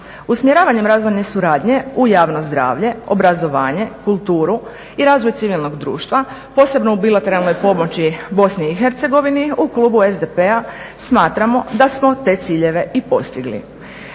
Usmjeravanjem razvojne suradnje u javno zdravlje, obrazovanje i kulturu i razvoj civilnog društva posebno u bilateralnoj pomoći u BIH u klubu SDP-a smatramo da smo te ciljeve i postigli.